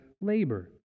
labor